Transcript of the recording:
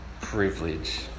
privilege